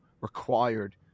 required